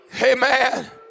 Amen